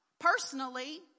Personally